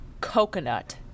Coconut